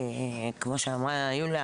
כמו שאמרה יוליה,